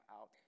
out